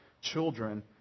children